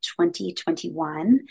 2021